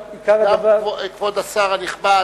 כבוד השר הנכבד,